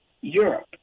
Europe